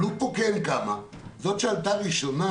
עלו פה כמה, הראשונה